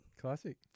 classic